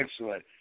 excellent